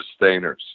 sustainers